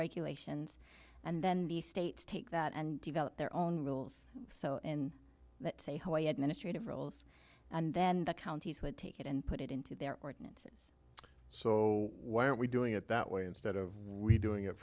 regulations and then the states take that and develop their own rules so in that say hawaii administrative roles and then the counties would take it and put it into their ordinance so why aren't we doing it that way instead of we doing it